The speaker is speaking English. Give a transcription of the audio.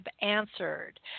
answered